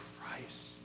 Christ